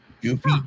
Goofy